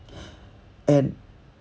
and